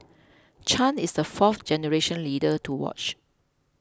Chan is the fourth generation leader to watch